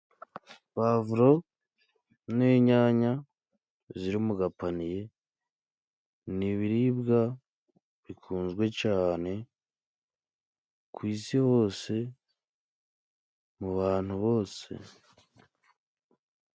Pavuro n'inyanya ziri mu gapaniye, ni ibiribwa bikunzwe cyane ku isi hose mu bantu bose.